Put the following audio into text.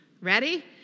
Ready